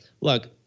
look